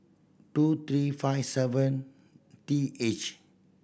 two three five seven T H